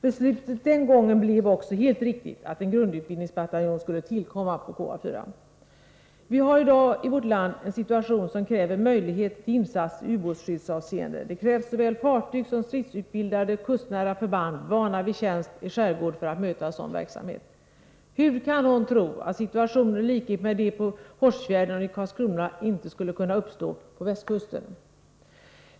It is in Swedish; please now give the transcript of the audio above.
Beslutet den gången blev också helt riktigt att en grundutbildningsbataljon skulle tillkomma vid KA 4. Vi har i dag i vårt land en situation som kräver möjlighet till insats i ubåtsskyddsavseende. Det fordras såväl fartyg som stridsutbildade kustnära förband, vana vid tjänst i skärgård, för att möta sådan verksamhet. Hur kan någon tro att situationer liknande de på Hårsfjärden och i Karlskrona inte skulle kunna uppstå på västkusten?